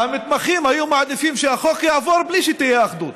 והמתמחים היו מעדיפים שהחוק יעבור בלי שתהיה אחדות.